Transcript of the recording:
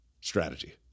Strategy